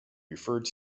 referred